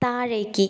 താഴേക്ക്